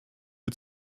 wir